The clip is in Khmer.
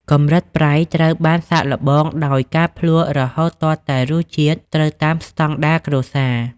កម្រិតប្រៃ ត្រូវបានសាកល្បងដោយការភ្លក់រហូតទាល់តែរសជាតិត្រូវតាមស្តង់ដារគ្រួសារ។